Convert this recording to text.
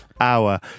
Hour